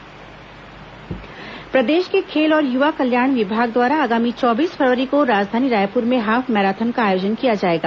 half marathon प्रदेश के खेल और युवा कल्याण विभाग द्वारा आगामी चौबीस फरवरी को राजधानी रायपुर में हाफ मैराथन का आयोजन किया जाएगा